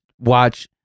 watch